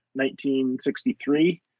1963